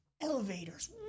elevators